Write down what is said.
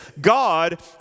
God